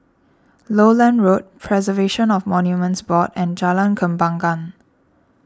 Lowland Road Preservation of Monuments Board and Jalan Kembangan